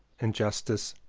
injustice,